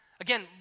Again